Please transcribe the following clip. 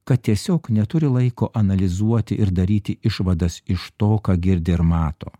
kad tiesiog neturi laiko analizuoti ir daryti išvadas iš to ką girdi ir mato